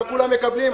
לא כולם מקבלים,